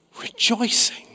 rejoicing